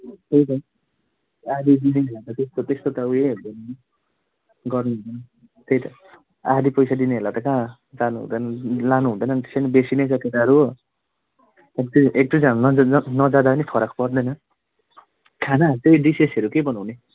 त्यै त आधी मिलेन भने त त्यस्तो त्यस्तो त ऊ यै हुन्छ नि गर्नु हुन्न त्यै त आधी पैसा दिनेहरूलाई त कहाँ जानु हुँदैन लानु हुँदैन त्यसै नि बेसी नै छ केटाहरू हो अनि त्यै एक दुईजना नजाँदा नि फरक पर्दैन खानाहरू चाहिँ डिसेसहरू के बनाउने